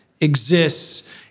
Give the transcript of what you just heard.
exists